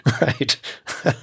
right